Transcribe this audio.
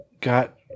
got